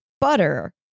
butter